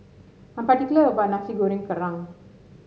I'm particular about Nasi Goreng Kerang